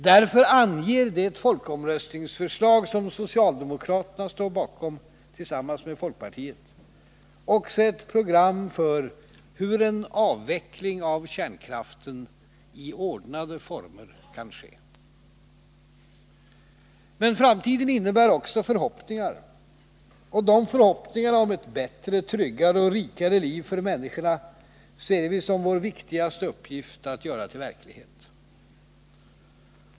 Därför anger det folkomröstningsförslag som socialdemokraterna står bakom — tillsammans med folkpartiet — också ett program för hur en avveckling av kärnkraften i ordnade former kan ske. Men framtiden innebär också förhoppningar, och de förhoppningarna om ett bättre, tryggare och rikare liv för människorna ser vi som vår viktigaste uppgift att göra till verklighet.